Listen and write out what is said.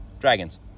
Dragons